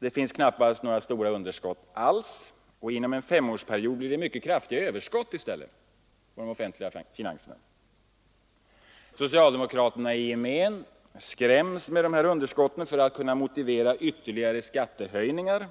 Det finns knappast några stora underskott alls, och inom en femårsperiod blir det i stället mycket kraftiga överskott i de offentliga finanserna. Socialdemokraterna i gemen skräms med det här underskottet för att kunna motivera ytterligare skattehöjningar,